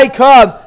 come